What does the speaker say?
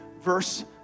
verse